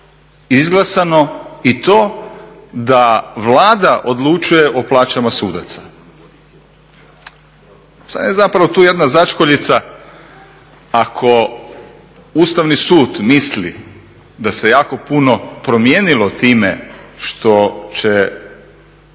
izglasano i to da Vlada odlučuje o plaćama sudaca. Sada je tu zapravo jedna začkoljica, ako Ustavni sud misli da se jako puno promijenilo time što će,